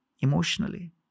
emotionally